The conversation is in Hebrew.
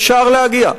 אפשר להגיע.